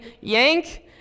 yank